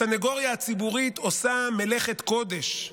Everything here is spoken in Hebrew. הסנגוריה הציבורית עושה מלאכת קודש.